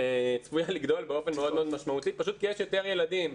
צפויה לגדול באופן מאוד מאוד משמעותי פשוט כי יש יותר ילדים.